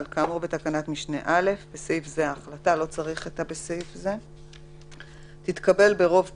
כאמור בתקנת משנה (א) תתקבל ברוב קולות,